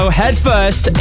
headfirst